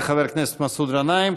תודה לחבר הכנסת מסעוד גנאים.